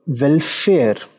welfare